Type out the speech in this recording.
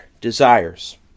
desires